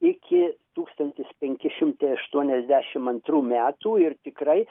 iki tūkstantis penki šimtai aštuoniasdešim antrų metų ir tikrai